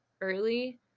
early